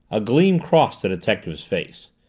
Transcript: a gleam crossed the detective's face.